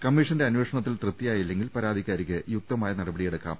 കമ്മീഷന്റെ അന്വേഷണത്തിൽ തൃപ്തിയായില്ലെങ്കിൽ പരാതിക്കാരിക്ക് യുക്തമായ നടപടിയെടുക്കാം